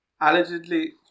allegedly